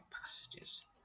passages